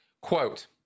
Quote